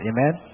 Amen